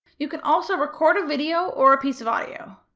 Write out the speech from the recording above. you can also record a video or piece of audio.